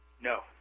No